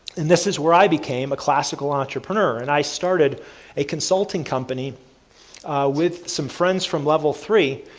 and this is where i became a classical entrepreneur. and i started a consulting company with some friends from level three,